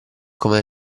come